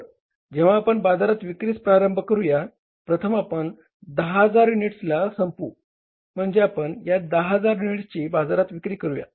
तर जेव्हा आपण बाजारात विक्रीस प्रारंभ करूया प्रथम आपण या 10000 युनिट्सला संपवू म्हणजे आपण या 10000 युनिट्सची बाजारात विक्री करुया